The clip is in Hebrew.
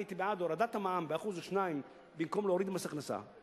הייתי בעד הורדת המע"מ ב-2%-1% במקום להוריד מס הכנסה,